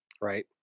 Right